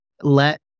let